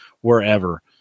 wherever